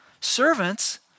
Servants